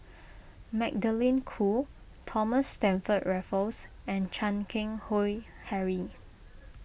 Magdalene Khoo Thomas Stamford Raffles and Chan Keng Howe Harry